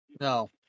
No